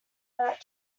that